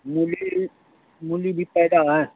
मूली मूली भी पैदा है